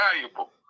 valuable